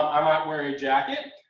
i might wear a jacket.